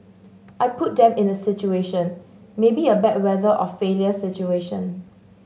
I put them in a situation maybe a bad weather or failure situation